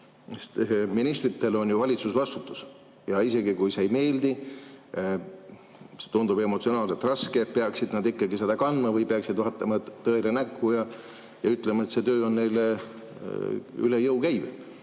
Ministritel on ju valitsusvastutus ja isegi kui see ei meeldi, see tundub emotsionaalselt raske, peaksid nad ikkagi seda kandma või peaksid vaatama tõele näkku ja ütlema, et see töö on neile üle jõu käiv.